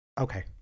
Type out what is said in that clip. okay